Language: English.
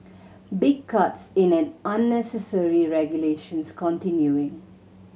big cuts in an unnecessary regulations continuing